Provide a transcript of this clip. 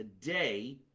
today